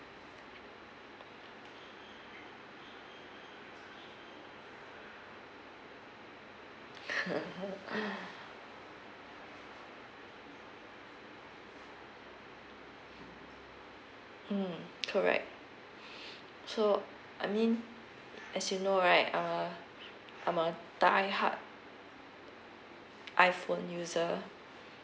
mm correct so I mean as you know right err I'm a die hard iphone user